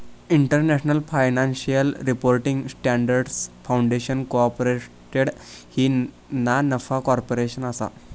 international financial reporting standards foundation incorporated ही ना नफा कॉर्पोरेशन असा